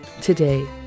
today